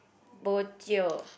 bojio